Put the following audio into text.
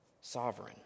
sovereign